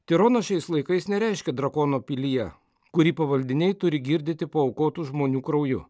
tironas šiais laikais nereiškia drakono pilyje kurį pavaldiniai turi girdyti paaukotų žmonių krauju